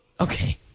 Okay